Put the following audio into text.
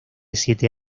siete